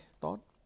thought